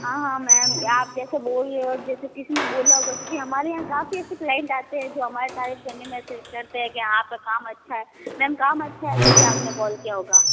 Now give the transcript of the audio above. हाँ हाँ मैम आप जैसे बोल रहे हो जैसे किसी ने बोला होगा क्योंकि हमारे यहाँ काफ़ी ऐसे क्लाइंट ऐसे आते है जो हमारी साइड ऐसे करते है कि आपका काम अच्छा है मैम काम अच्छा है जभी आपने कॉल किया होगा